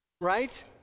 Right